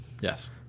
yes